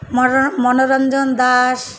ମ ମନୋରଞ୍ଜନ ଦାସ